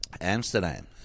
Amsterdam